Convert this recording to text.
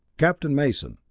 captain mason,